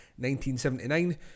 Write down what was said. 1979